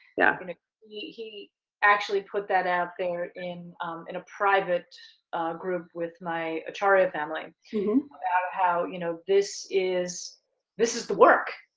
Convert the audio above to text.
yeah kind of he actually put that out there in in a private group with my charik family about how you know this is this is the work,